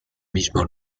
mismo